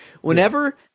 Whenever